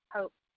Hope